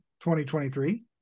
2023